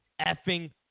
effing